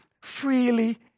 freely